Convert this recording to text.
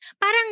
Parang